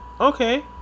Okay